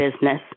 business